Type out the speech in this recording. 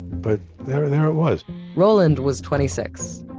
but there there it was roland was twenty six,